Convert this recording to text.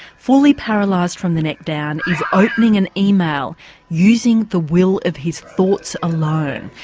fully paralysed from the neck down, is opening an email using the will of his thoughts alone.